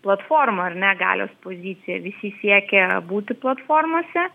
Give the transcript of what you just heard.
platforma ar negalios pozicija visi siekia būti platformose